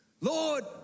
Lord